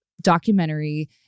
documentary